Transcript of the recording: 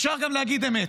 אפשר גם להגיד אמת.